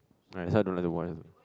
ya that's why don't like to watch